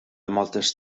moltes